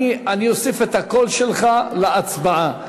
אני אוסיף את הקול שלך להצבעה.